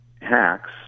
hacks